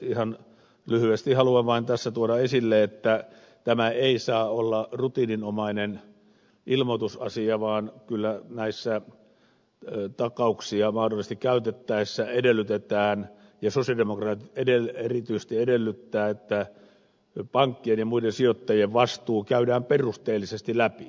ihan lyhyesti haluan vain tässä tuoda esille että tämä ei saa olla rutiininomainen ilmoitusasia vaan kyllä takauksia mahdollisesti käytettäessä edellytetään ja sosialidemokraatit erityisesti edellyttävät että pankkien ja muiden sijoittajien vastuu käydään perusteellisesti läpi